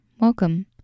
welcome